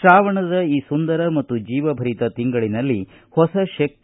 ಶ್ರಾವಣದ ಈ ಸುಂದರ ಮತ್ತು ಜೀವಭರಿತ ತಿಂಗಳಿನಲ್ಲಿ ಹೊಸ ಶಕ್ತಿ